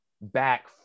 back